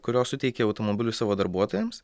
kurios suteikia automobilių savo darbuotojams